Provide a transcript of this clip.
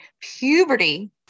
Puberty